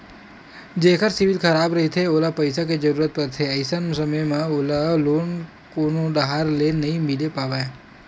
जेखर सिविल खराब रहिथे ओला पइसा के जरूरत परथे, अइसन समे म ओला लोन कोनो डाहर ले नइ मिले पावय